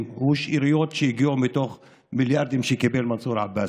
או שאריות שהגיעו מתוך מיליארדים שקיבל מנסור עבאס.